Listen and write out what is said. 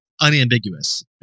unambiguous